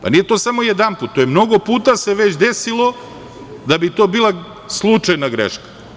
Nije to samo jedanput, to se mnogo puta već desilo da bi to bila slučajna greška.